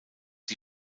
die